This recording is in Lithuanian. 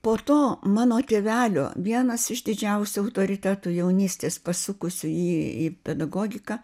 po to mano tėvelio vienas iš didžiausių autoritetų jaunystės pasukusių į į pedagogiką